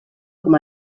com